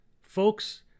Folks